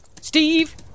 Steve